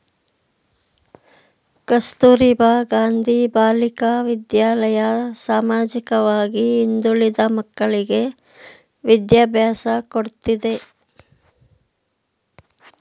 ಕಸ್ತೂರಬಾ ಗಾಂಧಿ ಬಾಲಿಕಾ ವಿದ್ಯಾಲಯ ಸಾಮಾಜಿಕವಾಗಿ ಹಿಂದುಳಿದ ಮಕ್ಕಳ್ಳಿಗೆ ವಿದ್ಯಾಭ್ಯಾಸ ಕೊಡ್ತಿದೆ